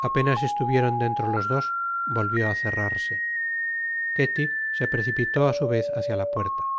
apenas estuvieron dentro los dos volvió á cerrarse ketty se precipitó á su vez hácia la puerta